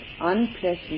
unpleasant